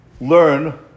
learn